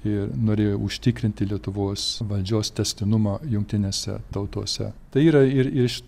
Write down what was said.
ir norėjo užtikrinti lietuvos valdžios tęstinumą jungtinėse tautose tai yra ir iš